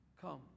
Come